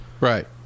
Right